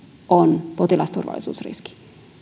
on potilasturvallisuusriski